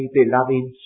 beloved